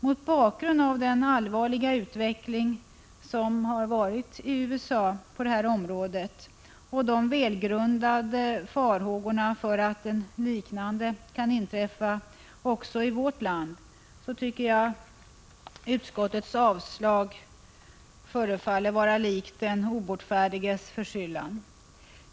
Mot bakgrund av den allvarliga utvecklingen i USA på detta område och de välgrundade farhågorna för att en liknande utveckling kan äga rum även i vårt land tycker jag att utskottets avslagsyrkande förefaller vara likt den obotfärdiges förhinder.